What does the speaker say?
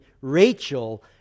Rachel